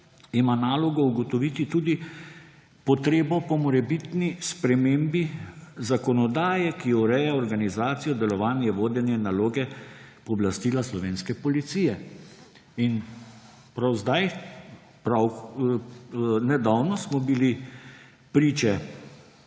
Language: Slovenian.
ima nalogo ugotoviti tudi potrebo po morebitni spremembi zakonodaje, ki ureja organizacijo, delovanje, vodenje, naloge, pooblastila slovenske policije. In prav zdaj, prav nedavno smo bili priče,